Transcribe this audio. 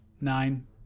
Nine